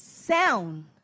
Sound